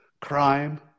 crime